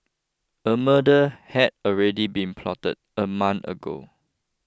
a murder had already been plotted a month ago